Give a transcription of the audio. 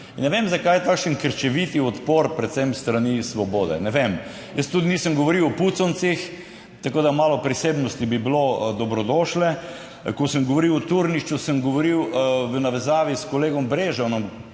in ne vem zakaj je takšen krčeviti odpor, predvsem s strani Svobode, ne vem, jaz tudi nisem govoril o Puconcih, tako da malo prisebnosti bi bilo dobrodošle. Ko sem govoril o Turnišču, sem govoril v navezavi s kolegom Brežanom,